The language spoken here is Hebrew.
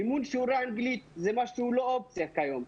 מימון שיעורי אנגלית, זו לא אופציה היום.